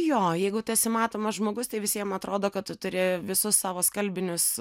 jo jeigu tu esi matomas žmogus tai visiem atrodo kad tu turi visus savo skalbinius